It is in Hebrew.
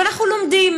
אבל אנחנו לומדים,